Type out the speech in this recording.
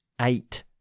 eight